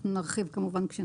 נרחיב, כמובן, כשנגיע.